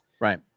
Right